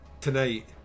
tonight